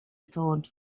thought